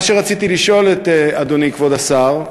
מה שרציתי לשאול את אדוני כבוד השר,